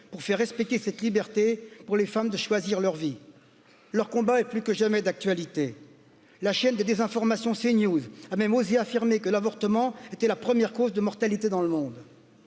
pour faire respecter cette liberté pour les femmes de choisir leur vie leur combat est plus que jamais d'actualité la chaîne de désinformations s'ensevelir mer que l'avortement était la première cause de mortalité dans le monde